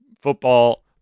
football